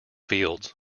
fields